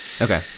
okay